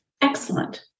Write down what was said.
Excellent